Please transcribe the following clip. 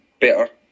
better